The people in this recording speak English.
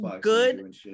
good